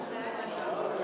חברי חברי